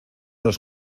los